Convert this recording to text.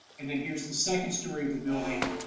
and then here's the second story of the building,